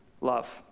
love